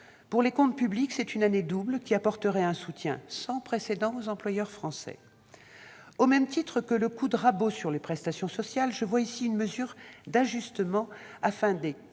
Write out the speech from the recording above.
Pour les comptes publics, c'est une année double qui apporterait un soutien sans précédent aux employeurs français. Au même titre que le coup de rabot sur les prestations sociales, je vois là une mesure d'ajustement afin d'équilibrer